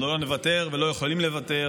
אנחנו לא נוותר ולא יכולים לוותר